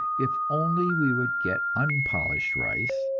if only we would get unpolished rice,